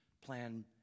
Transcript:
plan